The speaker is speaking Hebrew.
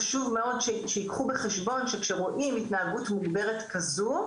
חשוב מאוד שייקחו בחשבון שכשרואים התנהגות מוגברת כזו,